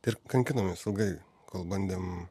ir kankinom juos ilgai kol bandė